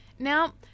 Now